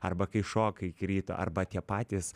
arba kai šokai rytą arba tie patys